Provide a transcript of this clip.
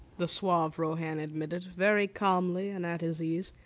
the suave rohan admitted, very calmly and at his ease.